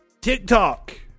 TikTok